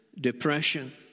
Depression